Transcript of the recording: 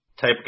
type